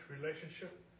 relationship